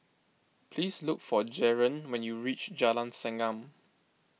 please look for Jaron when you reach Jalan Segam